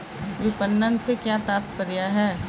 विपणन से क्या तात्पर्य है?